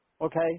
okay